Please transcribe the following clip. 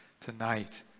tonight